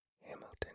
Hamilton